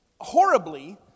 horribly